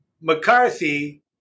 McCarthy